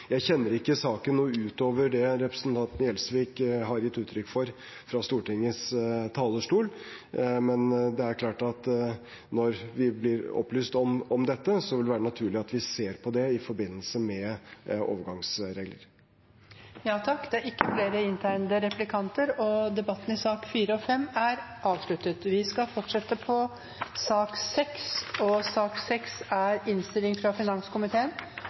Jeg kjenner ikke saken noe utover det representanten Gjelsvik har gitt uttrykk for fra Stortingets talerstol, men det er klart at når vi blir opplyst om dette, vil det være naturlig at vi ser på det i forbindelse med overgangsregelen. Replikkordskiftet er omme. Flere har ikke bedt om ordet til sakene nr. 4 og 5. Etter ønske fra finanskomiteen vil presidenten ordne debatten slik: 3 minutter til hver partigruppe og